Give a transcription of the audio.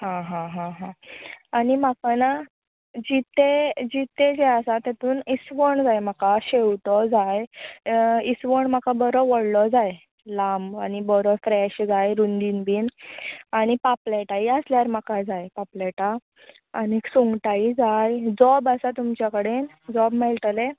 हां हां हां हां आनी म्हाका ना जितें जितें जें आसा तेतूर इसवण जाय म्हाका शेवटो जाय इसवण म्हाका बरो व्हडलो जाय लांब आनी बरो फ्रॅश जाय रुंदीन बीन आनी पापलॅटाय आसल्यार म्हाका जाय पापलॅटां आनी सुंगटांय जाय जोब आसा तुमच्या कडेन जोब मेळटलें